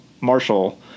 marshall